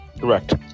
Correct